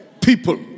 people